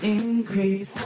increase